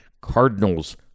Cardinals